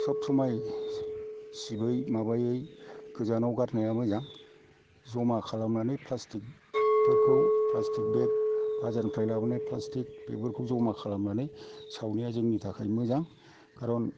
सब समाय सिबै माबायै गोजानआव गारनाया मोजां जमा खालामनानै प्लास्टिक फोरखौ प्लास्टिक बेग बाजारनिफ्राय लाबोनाय प्लास्टिक बेफोरखौ जमा खालामनानै सावनाया जोंनि थाखाय मोजां खारन